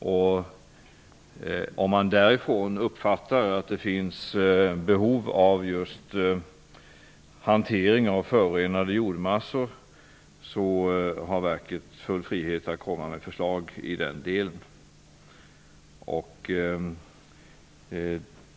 Om man på Naturvårdsverket uppfattar att det finns behov av hantering av förorenade jordmassor, har verket också full frihet att komma med förslag i den delen.